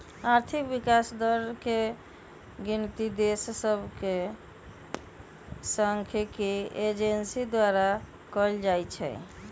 आर्थिक विकास दर के गिनति देश सभके सांख्यिकी एजेंसी द्वारा कएल जाइ छइ